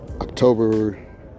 October